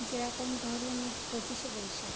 যেরকম ধরুন পঁচিশে বৈশাখ